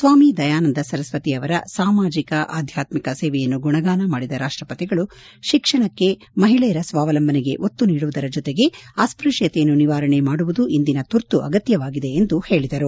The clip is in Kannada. ಸ್ವಾಮಿ ದಯಾನಂದ ಸ್ವರಸ್ವತಿ ಅವರ ಸಾಮಾಜಿಕ ಆದ್ಯಾತ್ಮಿಕ ಸೇವೆಯನ್ನು ಗುಣಗಾನ ಮಾಡಿದ ರಾಷ್ಷಪತಿಗಳು ಶಿಕ್ಷಣಕ್ಕೆ ಮಹಿಳೆಯರ ಸ್ವಾವಲಂಬನೆಗೆ ಒತ್ತು ನೀಡುವುದರ ಜೊತೆಗೆ ಅಸ್ಷತ್ವತೆಯನ್ನು ನಿವಾರಣೆ ಮಾಡುವುದು ಇಂದಿನ ತುರ್ತು ಅಗತ್ಲವಾಗಿದೆ ಎಂದು ಹೇಳಿದರು